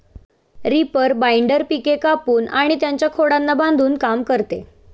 reaper binder पिके कापून आणि त्यांच्या खोडांना बांधून काम करते